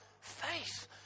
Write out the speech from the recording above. faith